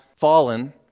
fallen